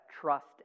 trust